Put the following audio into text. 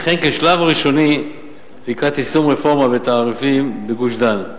וכן כשלב ראשוני לקראת יישום רפורמה בתעריפים בגוש-דן.